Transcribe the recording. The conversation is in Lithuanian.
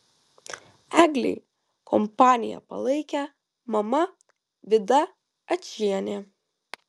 eglei kompaniją palaikė mama vida ačienė